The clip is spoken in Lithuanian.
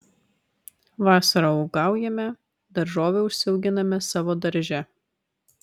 vasarą uogaujame daržovių užsiauginame savo darže